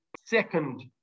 second